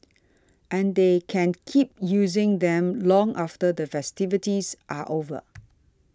and they can keep using them long after the festivities are over